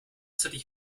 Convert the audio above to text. city